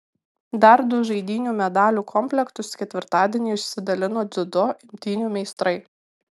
dar du žaidynių medalių komplektus ketvirtadienį išsidalijo dziudo imtynių meistrai